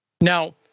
Now